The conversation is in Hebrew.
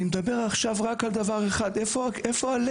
אני מדבר עכשיו רק על דבר אחד, איפה הלב?